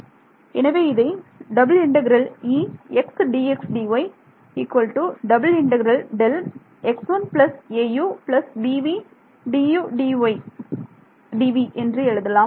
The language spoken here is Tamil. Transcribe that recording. எனவே இதை என்று எழுதலாம்